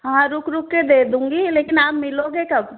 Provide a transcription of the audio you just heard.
हाँ रुक रुक के दे दूँगी लेकिन आप मिलोगे कब